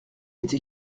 été